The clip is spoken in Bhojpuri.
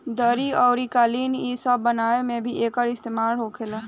दरी अउरी कालीन इ सब बनावे मे भी एकर इस्तेमाल होखेला